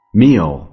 meal